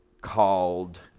called